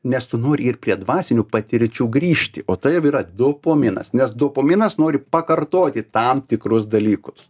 nes tu nori ir prie dvasinių patirčių grįžti o tai ir yra dopominas nes dopominas nori pakartoti tam tikrus dalykus